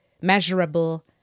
measurable